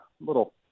little